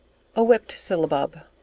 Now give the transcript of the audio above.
a whipt syllabub.